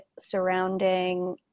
surrounding